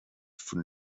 von